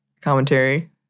commentary